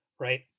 right